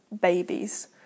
babies